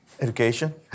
Education